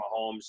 Mahomes